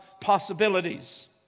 possibilities